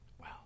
Wow